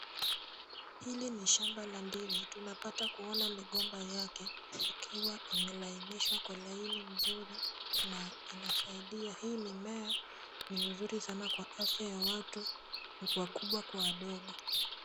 Hili ni shamba la ndizi. Tunapata kuona migomba yake ikiwa imelainishwa kwa laini mzuri na inasaidia. Hii mimea ni mzuri sana kwa afya ya watu wakubwa kwa wadogo.